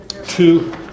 two